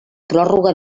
pròrroga